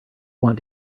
want